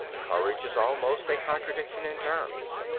courage is almost a contradiction in terms.